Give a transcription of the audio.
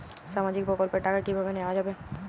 সামাজিক প্রকল্পের টাকা কিভাবে নেওয়া যাবে?